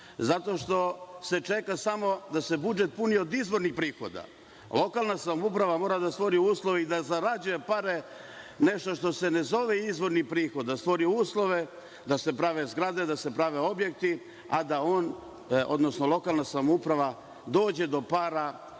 Zato što se čeka da se budžet napuni od izvornih prihoda. Lokalna samouprava mora da stvori uslove i da zarađuje pare, nešto što se ne zove izvorni prihod, da stvori uslove da se prave zgrade, da se prave objekti, a da lokalna samouprava dođe do para